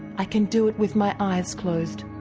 i can do it with my eyes closed.